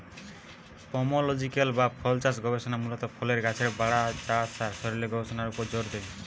pomological বা ফলচাষ গবেষণা মূলত ফলের গাছের বাড়া, চাষ আর শরীরের গবেষণার উপর জোর দেয়